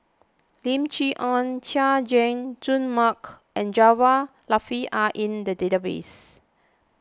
Lim Chee Onn Chay Jung Jun Mark and Jaafar Latiff are in the database